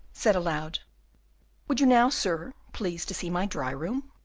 said aloud would you now, sir, please to see my dry-room?